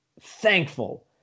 thankful